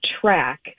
track